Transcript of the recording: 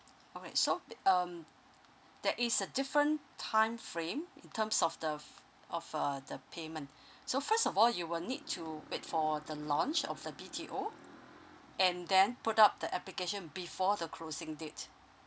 okay so th~ um there is a different time frame in terms of the f~ of uh the payment so first of all you will need to wait for the launch of the B_T_O and then put up the application before the closing date